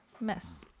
Mess